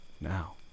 Now